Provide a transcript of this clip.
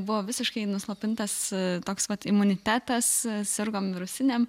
buvo visiškai nuslopintas toks vat imunitetas sirgom virusinėm